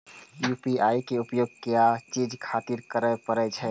UPI के उपयोग किया चीज खातिर करें परे छे?